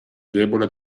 debole